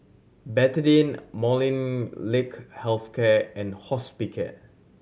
Betadine Molnylcke Health Care and Hospicare